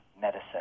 medicine